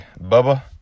Bubba